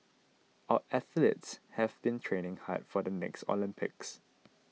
our athletes have been training hard for the next Olympics